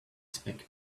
expect